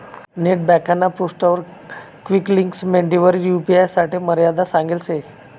net ब्यांकना पृष्ठावर quick links मेंडवरी यू.पी.आय साठे मर्यादा सांगेल शे